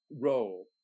role